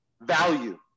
value